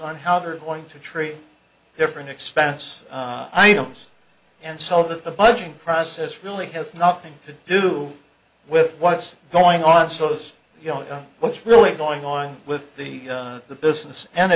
on how they're going to treat different expense items and so that the budgeting process really has nothing to do with what's going on so those you know what's really going on with the the business